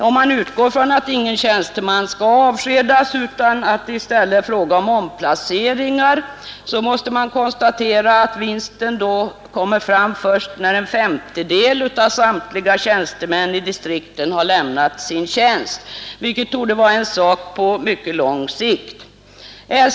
Om man utgår från att ingen tjänsteman skall avskedas, utan att det i stället är fråga om omplaceringar, måste man konstatera att vinsten då kommer fram först när en femtedel av samtliga tjänstemän i distrikten har lämnat sin tjänst, vilket torde vara en sak på mycket lång sikt.